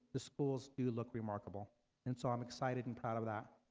the schools do look remarkable and so i'm excited and proud of that